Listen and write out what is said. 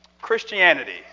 Christianity